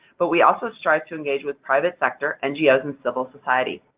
but we also strive to engage with private sector, ngos, and civil society.